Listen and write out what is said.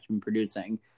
producing